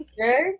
Okay